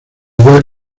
igual